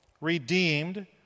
redeemed